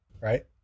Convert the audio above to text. right